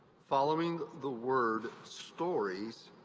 following the word stories,